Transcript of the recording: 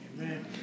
Amen